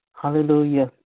Hallelujah